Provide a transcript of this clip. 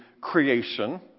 creation